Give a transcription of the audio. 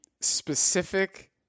specific